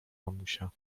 mamusia